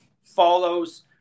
follows